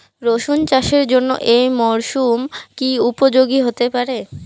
রসুন চাষের জন্য এই মরসুম কি উপযোগী হতে পারে?